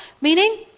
Meaning